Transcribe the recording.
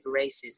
racism